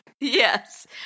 Yes